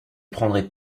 prendrez